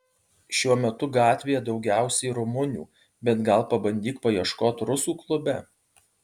šiuo metu gatvėje daugiausiai rumunių bet gal pabandyk paieškoti rusų klube